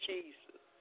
Jesus